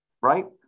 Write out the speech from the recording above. right